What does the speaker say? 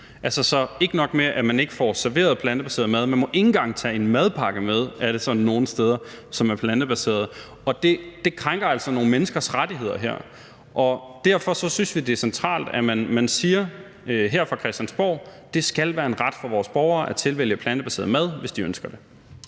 Så ikke nok med, at man ikke får serveret plantebaseret mad, men man må ikke engang tage en madpakke med plantebaseret mad med sig – sådan er det nogle steder. Det krænker altså nogle menneskers rettigheder, og derfor synes vi, det skal være centralt, altså at man her fra Christiansborg siger, at det skal være en ret for vores borgere at tilvælge plantebaseret mad, hvis de ønsker det.